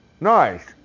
Nice